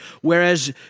Whereas